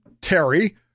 Terry